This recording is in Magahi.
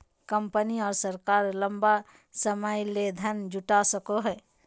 कंपनी और सरकार लंबा समय ले धन जुटा सको हइ